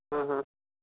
हम्म हम्म